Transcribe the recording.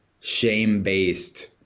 shame-based